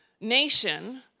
nation